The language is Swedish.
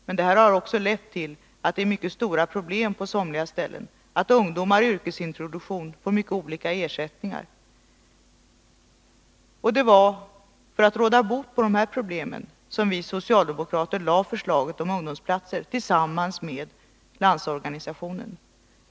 Men det har också lett till att det på somliga ställen är mycket stora problem och till att ungdomar i yrkesintroduktion får mycket olika ersättningar. Det var för att råda bot på de problemen som vi socialdemokrater tillsammans med Landsorganisationen framlade förslaget om ungdomsplatser.